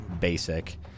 basic